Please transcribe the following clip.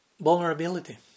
vulnerability